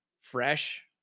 fresh